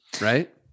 right